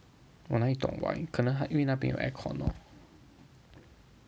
我哪里懂 why 可能 like 因为那边有 air-con lor